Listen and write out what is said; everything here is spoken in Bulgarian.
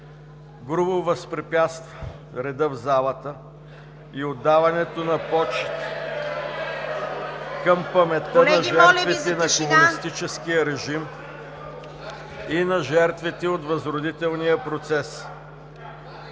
възпрепятствал грубо реда в залата и отдаването на почит към паметта на жертвите на комунистическия режим и на възродителния процес“.